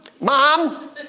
mom